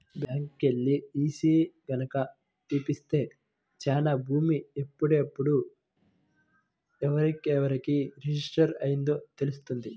బ్యాంకుకెల్లి ఈసీ గనక తీపిత్తే చాలు భూమి ఎప్పుడెప్పుడు ఎవరెవరికి రిజిస్టర్ అయ్యిందో తెలుత్తది